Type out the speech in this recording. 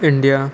India